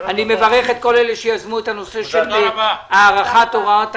אני מברך את כל אלה שיזמו את הנושא של הארכת הוראת השעה.